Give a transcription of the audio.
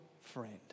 friend